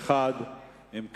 51. אם כך,